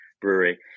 brewery